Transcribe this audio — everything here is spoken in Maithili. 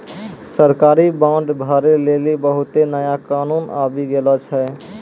सरकारी बांड भरै लेली बहुते नया कानून आबि गेलो छै